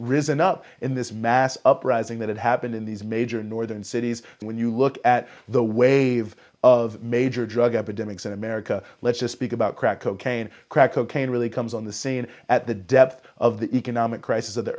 risen up in this mass uprising that happened in these major northern cities and when you look at the wave of major drug epidemics in america let's just big about crack cocaine crack cocaine really comes on the scene at the depth of the economic crisis of the